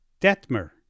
Detmer